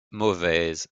mauvaise